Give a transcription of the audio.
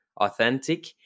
authentic